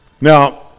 Now